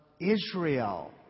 Israel